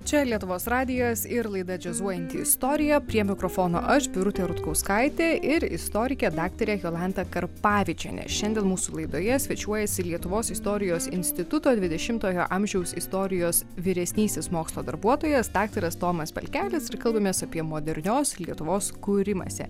čia lietuvos radijas ir laida džiazuojanti istorija prie mikrofono aš birutė rutkauskaitė ir istorikė daktarė jolanta karpavičienė šiandien mūsų laidoje svečiuojasi lietuvos istorijos instituto dvidešimtojo amžiaus istorijos vyresnysis mokslo darbuotojas daktaras tomas balkelis ir kalbamės apie modernios lietuvos kūrimąsi